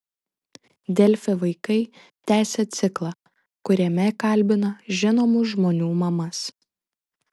delfi vaikai tęsia ciklą kuriame kalbina žinomų žmonių mamas